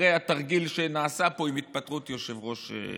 אחרי התרגיל שנעשה פה עם התפטרות יושב-ראש הכנסת.